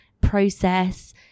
process